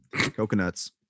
Coconuts